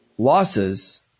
losses